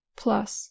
plus